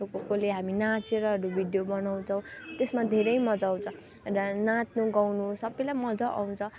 कसकसले हामी नाचेरहरू भिडियो बनाउँछौँ त्यसमा धेरै मजा आउँछ र नाच्नु गाउनु सबैलाई मजा आउँछ